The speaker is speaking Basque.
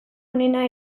onena